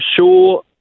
sure